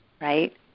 right